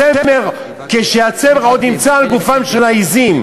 מצמר כשהצמר עוד נמצא על גופן של העזים.